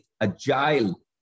agile